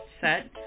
set